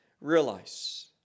realize